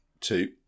Two